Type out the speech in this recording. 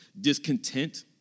discontent